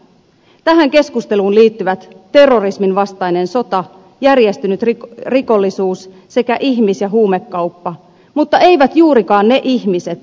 tähän keskusteluun liittyvät terrorisminvastainen sota järjestäytynyt rikollisuus sekä ihmis ja huumekauppa mutta eivät juurikaan ne ihmiset jotka muuttavat